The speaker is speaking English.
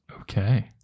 Okay